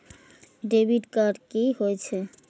Debit card की होय छेय?